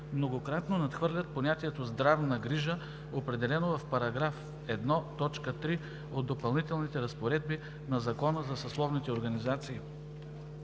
многократно надхвърлят понятието „здравна грижа“, определено в § 1, т. 3 от Допълнителните разпоредби на Закона за съсловните организации.